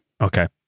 Okay